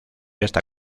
esta